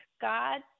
God